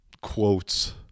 quotes